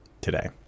today